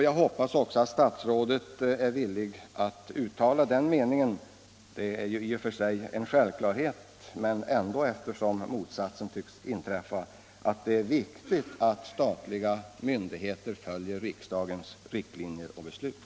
Slutligen vore det faktiskt av värde att statsrådet uttalade att statliga myndigheter naturligtvis skall följa riksdagens beslut och av riksdagen uppdraga riktlinjer. Det är i och för sig en självklarhet, men ibland kan ifrågasättas om det verkligen sker.